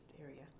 area